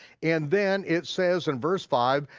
and then it says, in verse five,